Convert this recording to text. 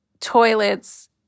toilets